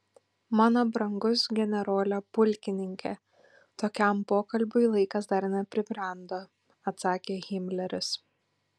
mano brangus generole pulkininke tokiam pokalbiui laikas dar nepribrendo atsakė himleris